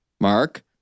Mark